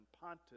Pontus